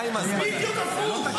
בדיוק הפוך.